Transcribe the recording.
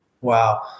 Wow